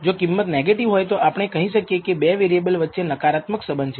જો કિંમત નેગેટિવ હોય તો આપણે કહી શકીએ કે 2 વેરીએબલ વચ્ચે નકારાત્મક સહસબંધ છે